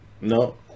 No